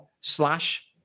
slash